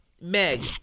Meg